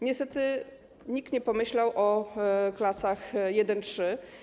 Niestety, nikt nie pomyślał o klasach I-III.